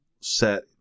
set